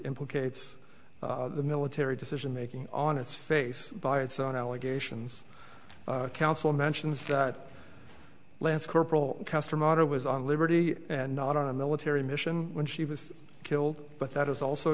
implicates the military decision making on its face by its own allegations counsel mentions that lance corporal custer moto was on liberty and not on a military mission when she was killed but that is also